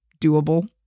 doable